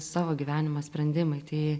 savo gyvenimo sprendimai tai